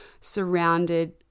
surrounded